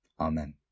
Amen